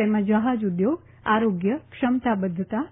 તેમાં જહાજ ઉદ્યોગ આરોગ્ય ક્ષમતા બધ્ધતા